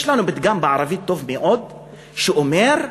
יש לנו פתגם טוב מאוד בערבית שאומר: